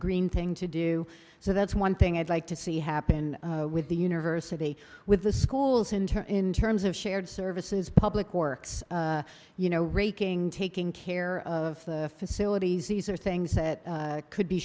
green thing to do so that's one thing i'd like to see happen with the university with the schools in term in terms of shared services public works you know raking taking care of facilities these are things that could be